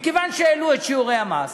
מכיוון שהעלו את שיעורי המס,